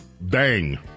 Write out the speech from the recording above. Bang